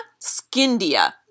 Skindia